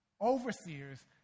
Overseers